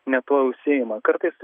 ne tuo užsiima kartais